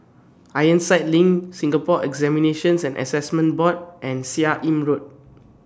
Ironside LINK Singapore Examinations and Assessment Board and Seah Im Road